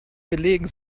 belegen